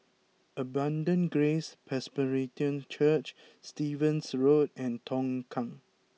Abundant Grace Presbyterian Church Stevens Road and Tongkang